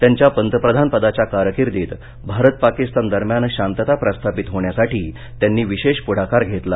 त्यांच्या पंतप्रधान पदाच्या कारकिर्दीत भारत पाकिस्तान दरम्यान शांतता प्रस्थापित होण्यासाठी त्यांनी विशेष पुढाकार घेतला